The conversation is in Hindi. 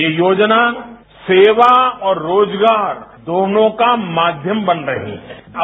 ये योजना सेवा और रोजगार दोनों का माध्यम बन बैठी है